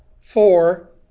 four